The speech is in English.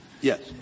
Yes